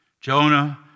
Jonah